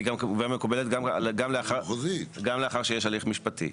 והיא מקובלת גם לאחר שיש הליך משפטי,